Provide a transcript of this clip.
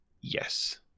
Yes